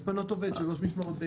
מספנות עובד שלוש משמרות ביום.